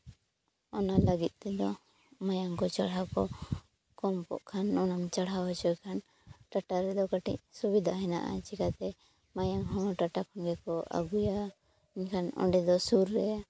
ᱚᱱᱟ ᱞᱟᱹᱜᱤᱫ ᱛᱮᱫᱚ ᱢᱟᱭᱟᱢ ᱠᱚ ᱪᱟᱲᱦᱟᱣ ᱠᱚ ᱠᱚᱢ ᱠᱚ ᱠᱷᱟᱱ ᱚᱱᱟᱢ ᱪᱟᱲᱦᱟᱣ ᱦᱚᱪᱚᱭ ᱠᱷᱟᱱ ᱴᱟᱴᱟ ᱨᱮᱫᱚ ᱠᱟᱹᱴᱤᱡ ᱥᱩᱵᱤᱫᱟ ᱦᱮᱱᱟᱜᱼᱟ ᱪᱮᱠᱟᱛᱮ ᱢᱟᱭᱟᱝ ᱦᱚᱸ ᱴᱟᱴᱟ ᱠᱷᱚᱱ ᱜᱮᱠᱚ ᱟᱹᱜᱩᱭᱟ ᱮᱱᱠᱷᱟᱱ ᱚᱸᱰᱮ ᱫᱚ ᱥᱩᱨ ᱨᱮ